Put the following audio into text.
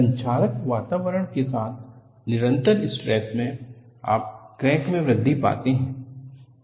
संक्षारक वातावरण के साथ निरंतर स्ट्रेस मे आप क्रैक मे वृद्धि पाते हैं